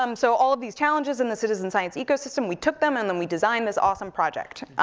um so all of these challenges in the citizen science ecosystem, we took them, and then we designed this awesome project.